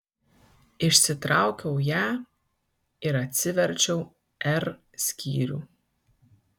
išsitraukiau ją ir atsiverčiau r skyrių